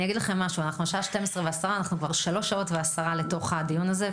אני אגיד לכם משהו: אנחנו בשעה 12:10. אנחנו כבר שלוש שעות ועשרה לתוך הדיון הזה,